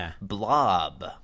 blob